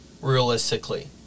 realistically